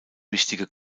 wichtige